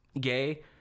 gay